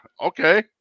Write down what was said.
Okay